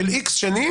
של X שנים,